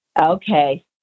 Okay